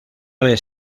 vez